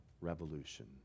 revolution